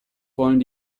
wollen